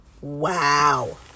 Wow